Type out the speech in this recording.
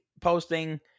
posting